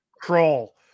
Crawl